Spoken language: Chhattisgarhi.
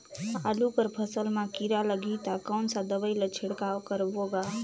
आलू कर फसल मा कीरा लगही ता कौन सा दवाई ला छिड़काव करबो गा?